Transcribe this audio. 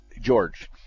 George